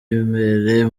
y’imbere